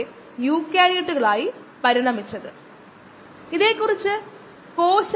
മുൻകാല ഗണിതശാസ്ത്രപരമായ ആവിഷ്കാരത്തിന് കാരണമായത് അതാണ്